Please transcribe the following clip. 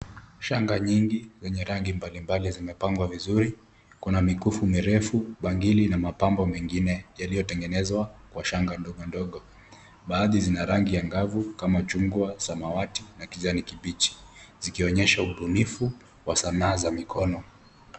Shanga nyingi zenye rangi mbalimbali zimepangwa vizuri. Kuna mikufu mirefu, bangili, na mapambo mengine yaliyotengenezwa kwa shanga ndogo ndogo. Baadhi zina rangi ang’avu kama chungwa, samawati na kijani kibichi, zikionyesha ubunifu wa sanaa za mikono.